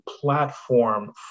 platform